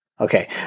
Okay